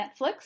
Netflix